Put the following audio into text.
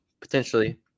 potentially